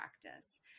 practice